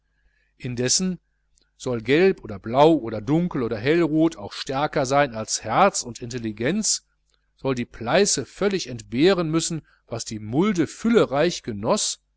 indessen soll gelb oder blau oder dunkel oder hellrot auch stärker sein als herz und intelligenz soll die pleiße völlig entbehren müssen was die mulde füllereich genoß